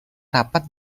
rapat